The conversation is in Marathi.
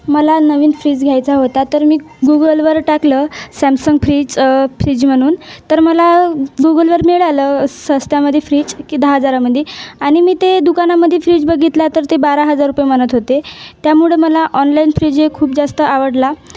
मला नवीन फ्रीज घ्यायचा होता तर मी गुगलवर टाकलं सॅमसंग फ्रीज फ्रीज म्हणून तर मला गुगलवर मिळालं स्वस्तामध्ये फ्रीज की दहा हजारामध्ये आणि मी ते दुकानामध्ये फ्रीज बघितला तर ते बारा हजार रुपये म्हणत होते त्यामुळं मला ऑनलाईन फ्रीज हे खूप जास्त आवडला